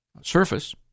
surface